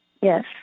Yes